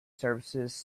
services